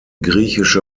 griechische